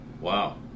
Wow